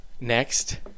next